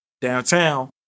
downtown